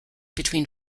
between